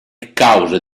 causa